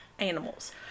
Animals